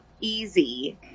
easy